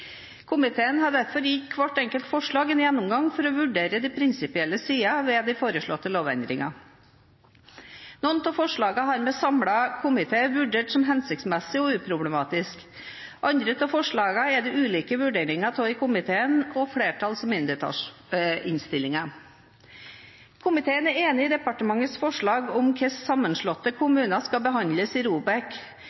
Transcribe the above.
Komiteen har derfor gitt hvert enkelt forslag en gjennomgang for å vurdere de prinsipielle sidene ved de foreslåtte lovendringene. Noen av forslagene har en samlet komité vurdert som hensiktsmessige og uproblematiske. Andre av forslagene er det ulike vurderinger av i komiteen og i flertalls- og mindretallsinnstillingene. Komiteen er enig i departementets forslag om hvordan sammenslåtte